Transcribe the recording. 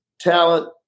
talent